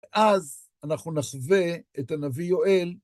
אז אנחנו נשווה את הנביא יואל.